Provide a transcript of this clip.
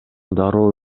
дароо